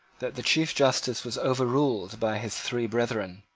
that the chief justice was overruled by his three brethren.